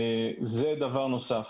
זה דבר נוסף.